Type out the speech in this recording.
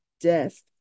desk